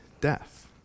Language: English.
death